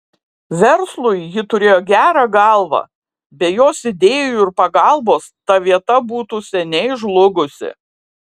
verslui ji turėjo gerą galvą be jos idėjų ir pagalbos ta vieta būtų seniai žlugusi